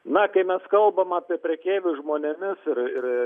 na kai mes kalbam apie prekeivius žmonėmis ir ir